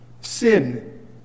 Sin